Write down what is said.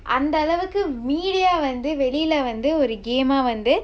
அந்த அளவுக்கு:antha alavukku media வந்து வெளியில வந்து ஒரு:vanthu veliyila vanthu oru game ah வந்து:vanthu